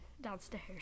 downstairs